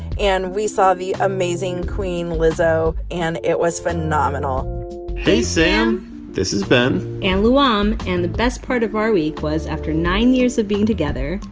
and we saw the amazing queen lizzo, and it was phenomenal hey, sam this is ben and luam. and the best part of our week was after nine years of being together.